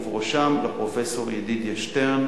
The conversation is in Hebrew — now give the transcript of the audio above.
ובראשם לפרופסור ידידיה שטרן,